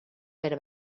per